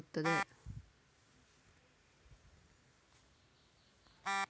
ಯಾವ ಮಿಶ್ರ ಬೆಳೆ ಹೇಗೆ ಮತ್ತೆ ಯಾವಾಗ ನೆಡ್ಲಿಕ್ಕೆ ಆಗ್ತದೆ?